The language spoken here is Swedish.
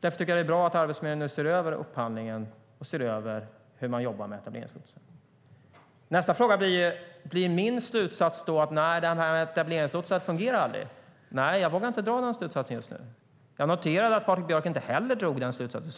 Därför tycker jag att det är bra att Arbetsförmedlingen nu ser över upphandlingen och ser över hur man jobbar med etableringslotsar. Nästa fråga blir: Blir min slutsats då att det här med etableringslotsar aldrig fungerar? Nej, jag vågar inte dra den slutsatsen just nu. Jag noterade att Patrik Björck inte heller drog den slutsatsen.